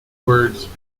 words